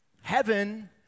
Heaven